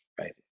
right